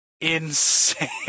Insane